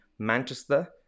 Manchester